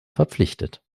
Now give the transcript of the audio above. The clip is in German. verpflichtet